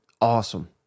awesome